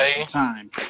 time